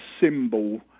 symbol